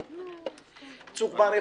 צוק בר,